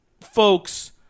folks